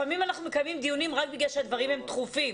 לפעמים אנחנו מקיימים דיונים רק בגלל שהדברים דחופים